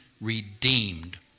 redeemed